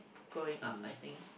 growing up I think